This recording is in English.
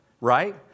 right